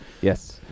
Yes